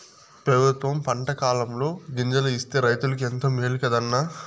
పెబుత్వం పంటకాలంలో గింజలు ఇస్తే రైతులకు ఎంతో మేలు కదా అన్న